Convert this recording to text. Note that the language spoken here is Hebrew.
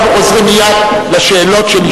אנחנו חוזרים מייד לשאלות שלשמן נקראת.